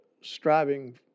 striving